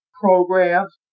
programs